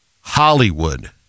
Hollywood